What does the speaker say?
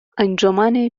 انجمن